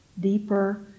deeper